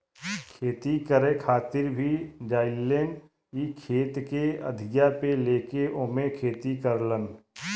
खेती करे खातिर भी जालन इ खेत के अधिया पे लेके ओमे खेती करलन